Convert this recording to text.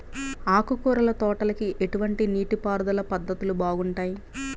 ఆకుకూరల తోటలకి ఎటువంటి నీటిపారుదల పద్ధతులు బాగుంటాయ్?